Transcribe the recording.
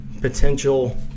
potential